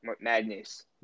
madness